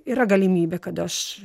yra galimybė kad aš